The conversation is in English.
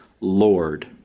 Lord